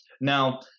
Now